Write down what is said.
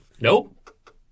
nope